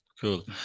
Cool